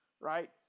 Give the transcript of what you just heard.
right